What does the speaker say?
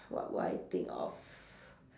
what what I think of